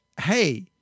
hey